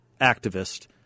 activist